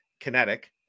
kinetic